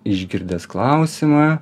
išgirdęs klausimą